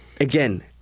Again